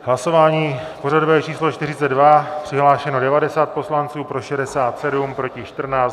Hlasování pořadové číslo 42, přihlášeno 90 poslanců, pro 67, proti 14.